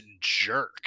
jerk